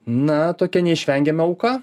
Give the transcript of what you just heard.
na tokia neišvengiama auka